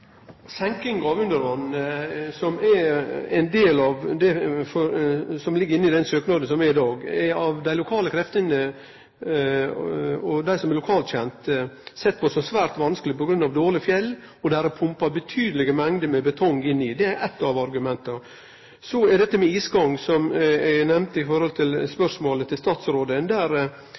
Senkinga av undervatn, som ligg inne som ein del av denne søknaden dag, er av dei lokale kreftene og dei som er lokalkjende, sett på som svært vanskeleg på grunn av dårlige fjell, og det er pumpa betydelege mengder med betong inn i det. Det er eitt av argumenta. Så er det dette med isgang, som eg nemnde i spørsmålet til statsråden. Ein har ein isgang der